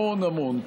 המון המון.